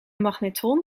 magnetron